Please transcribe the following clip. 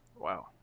Wow